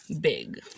big